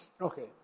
Okay